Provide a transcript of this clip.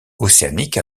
océanique